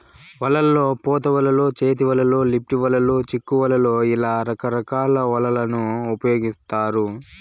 వలల్లో పోత వలలు, చేతి వలలు, లిఫ్ట్ వలలు, చిక్కు వలలు ఇలా రకరకాల వలలను ఉపయోగిత్తారు